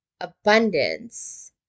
abundance